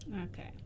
Okay